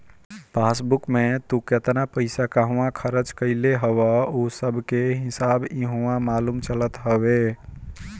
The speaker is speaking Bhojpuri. पासबुक में तू केतना पईसा कहवा खरच कईले हव उ सबकअ हिसाब इहवा मालूम चलत हवे